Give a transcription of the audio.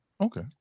Okay